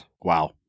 Wow